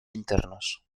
internos